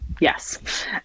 yes